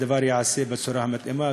הדבר ייעשה בצורה המתאימה,